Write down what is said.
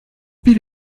ville